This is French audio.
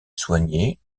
soignée